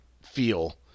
feel